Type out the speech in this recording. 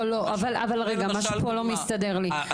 לא לא אבל אבל רגע משהו פה לא מסתדר לי.